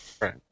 Right